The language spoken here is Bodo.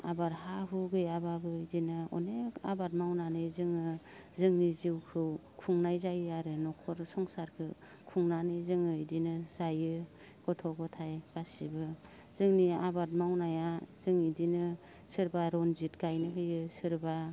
आबाद हा हु गैयाब्लाबो इदिनो अनेख आबाद मावनानै जोङो जोंनि जिउखौ खुंनाय जायो आरो न'खर संसारखौ खुंनानै जोङो इदिनो जायो गथ' गथाय गासैबो जोंनि आबाद मावनाया जों इदिनो सोरबा रन्जित गायनो होयो सोरबा